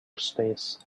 space